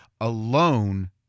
alone